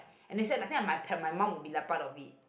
and they said like my i think my mum will be like part of it